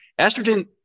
Estrogen